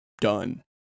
done